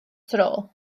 tro